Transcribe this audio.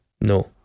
No